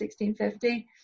1650